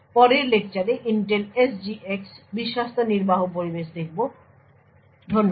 পরের লেকচারে Intel SGX বিশ্বস্ত নির্বাহ পরিবেশ দেখব